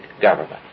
government